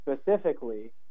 specifically